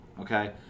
okay